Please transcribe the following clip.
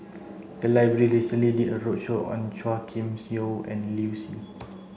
the library recently did a roadshow on Chua Kim Yeow and Liu Si